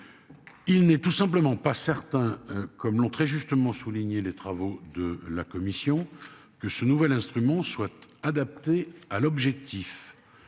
Il n'est tout simplement pas certain comme l'ont très justement souligné les travaux de la commission que ce nouvel instrument soit adapté à l'objectif.